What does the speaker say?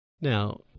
Now